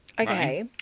Okay